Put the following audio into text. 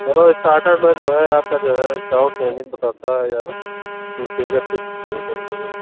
तब स्टार्टर में जो है आपका जो है चाट चाउमीन बतासा या फ़िंगर चिप्स जो है जोड़ देंगे